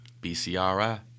BCRI